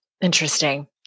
Interesting